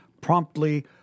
promptly